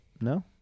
No